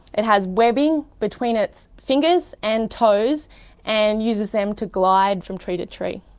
it has webbing between its fingers and toes and uses them to glide from tree to tree.